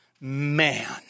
man